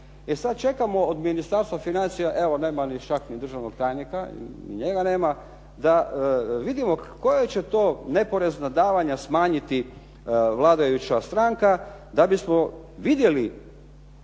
E sad čekamo od Ministarstva financija, evo nema čak ni državnog tajnika, ni njega nema, da vidimo koja će to neporezna davanja smanjiti vladajuća stranka da bismo vidjeli